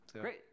great